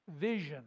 vision